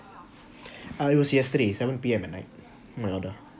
uh it was yesterday seven P_M at night my order